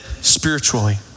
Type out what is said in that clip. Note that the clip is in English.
spiritually